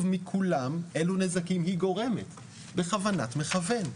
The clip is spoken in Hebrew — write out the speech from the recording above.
מכולם אילו נזקים היא גורמת בכוונת מכוון.